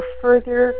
further